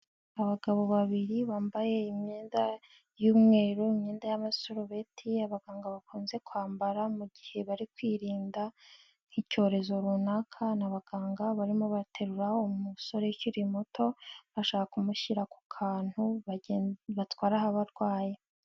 Abagabo babiri bambaye imyenda y'umweru, imyenda y'amasurubeti abaganga bakunze kwambara mu gihe bari kwirinda nk'icyorezo runaka. Ni abaganga barimo baterura umusore ukiri muto bashaka kumushyira ku kantu batwaraho abarwayi.